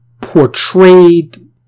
portrayed